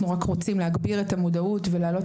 אנחנו רוצים להגביר את המודעות ולהעלות